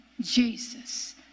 Jesus